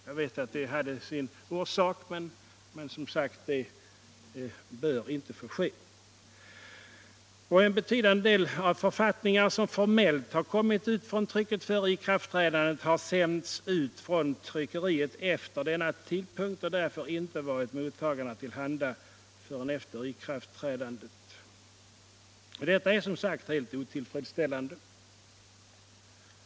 Jag vet att det hade sin orsak, men det bör som sagt inte få ske. En betydande del av de författningar som formellt har kommit ut från trycket före ikraftträdandet har sänts ut från tryckeriet efter denna tidpunkt och därför inte varit mottagarna till handa förrän efter ikraftträdandet. Detta är som sagt rent otillfredsställande.